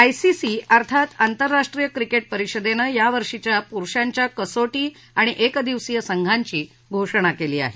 ICC अर्थात आंतरराष्ट्रीय cricket परिषदेनं यावर्षीच्या पुरुषांच्या कसो ी आणि एकदिवसीय संघांची घोषणा केली आहे